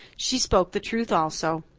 she spoke the truth also.